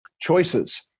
choices